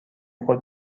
خود